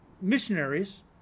Missionaries